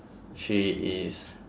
she is